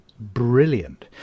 brilliant